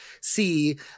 see